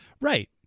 Right